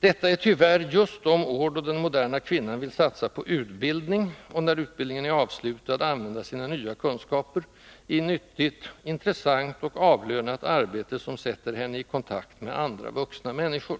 Detta är tyvärr just de år då den moderna kvinnan vill satsa på utbildning och — när utbildningen är avslutad — använda sina nya kunskaper i nyttigt, intressant och avlönat arbete, som sätter henne i kontakt med andra vuxna människor.